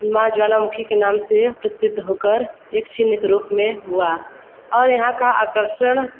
माँ ज्वालामुखी के नाम से प्रसिद्ध होकर एक चिन्ह के रूप में हुआ और यहाँ का आकर्षण